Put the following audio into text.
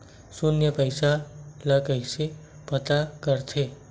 शून्य पईसा ला कइसे पता करथे?